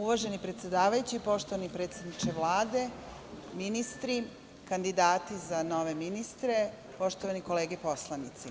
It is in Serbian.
Uvaženi predsedavajući, poštovani predsedniče Vlade, ministri, kandidati za nove ministre, poštovane kolege poslanici,